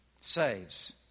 saves